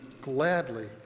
gladly